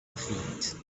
feet